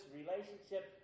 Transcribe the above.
relationship